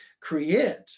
create